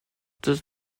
des